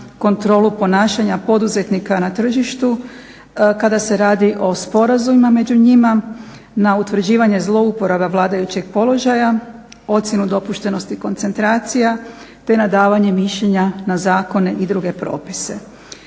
kontrolu ponašanja poduzetnika na tržištu kada se radi o sporazumima među njima, na utvrđivanje zlouporaba vladajućeg položaja, ocjenu dopuštenosti koncentracija te na davanje mišljenja na zakone i druge propise.